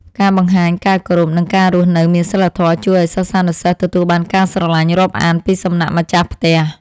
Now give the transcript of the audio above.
ការបង្ហាញការគោរពនិងការរស់នៅមានសីលធម៌ជួយឱ្យសិស្សានុសិស្សទទួលបានការស្រឡាញ់រាប់អានពីសំណាក់ម្ចាស់ផ្ទះ។